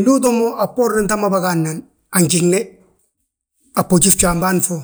Ndu utoo mo a bboorini ta ma bâgaadnan a fnjiŋne, a bóji fjaam bâan fo.